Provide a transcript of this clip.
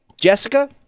Jessica